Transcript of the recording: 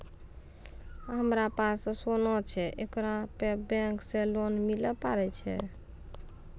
हमारा पास सोना छै येकरा पे बैंक से लोन मिले पारे छै?